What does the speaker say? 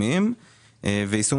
תרבות וספורט.